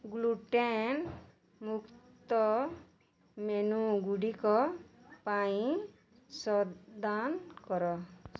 gluten ମୁକ୍ତ ମେନ୍ୟୁଗୁଡ଼ିକ ପାଇଁ ସଦାନ କର